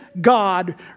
God